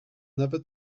never